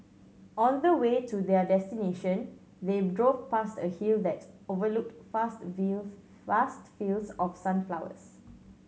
on the way to their destination they drove past a hill that overlooked fast vast fields of sunflowers